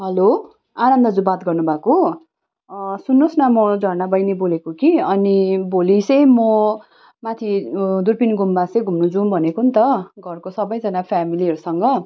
hello Anand दाज्यु बात गर्नुभएको सुन्नुहोस् न म झर्ना बहिनी बोलेको कि अनि भोलि चाहिँ म माथि दुर्पिन गुम्बा चाहिँ घुम्न जाउँ भनेको नि त घरको सबैजना फ्यामिलीहरूसँग